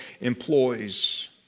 employs